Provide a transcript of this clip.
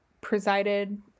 presided